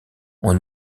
ont